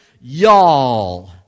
y'all